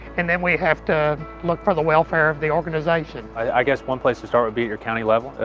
and then we have to look for the welfare of the organization. i guess one place to start would be at your county level.